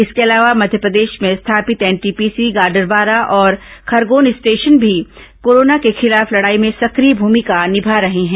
इसके अलावा मध्यप्रदेश में स्थापित एनटीपीसी गाडरवारा और खरगोन स्टेशन भी कोरोना के खिलाफ लड़ाई में सक्रिय भूमिका निभा रहे हैं